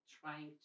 trying